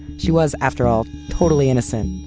she was, after all, totally innocent.